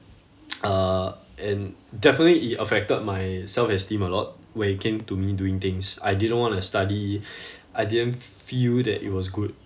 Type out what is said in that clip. uh and definitely it affected my self esteem a lot when it came to me doing things I didn't want to study I didn't feel that it was good